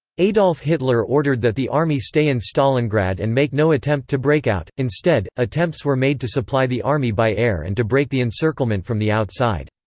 adolf hitler ordered that the army stay in stalingrad and make no attempt to break out instead, attempts were made to supply the army by air and to break the encirclement from the outside.